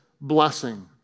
blessing